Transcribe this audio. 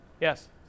Yes